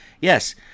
yes